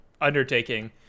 undertaking